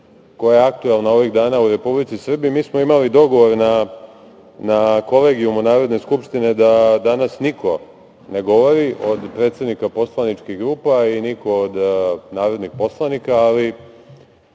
koja je aktuelna ovih dana u Republici Srbiji, mi smo imali dogovor na Kolegijumu Narodne skupštine da danas niko ne govori od predsedničkih grupa i niko od narodnih poslanika, ali